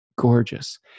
Gorgeous